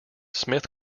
smith